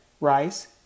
rice